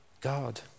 God